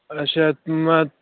اَچھا ما